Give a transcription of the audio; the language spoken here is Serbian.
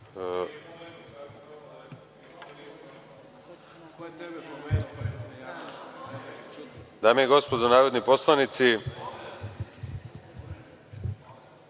Dame i gospodo narodni poslanici…